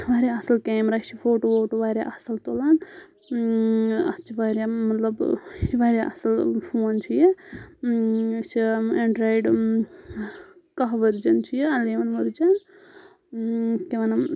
واریاہ اَصٕل کیمرا چھِ فوٹو ووٹو واریاہ اَصٕل تُلان اَتھ چھِ واریاہ مَطلَب واریاہ اَصٕل فون چھُ یہِ یہِ چھِ اینڈرایڈ کاہ ؤرجَن چھُ یہِ اَلیوَن ؤرجَن کیٛاہ وَنَن